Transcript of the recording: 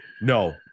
No